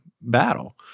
battle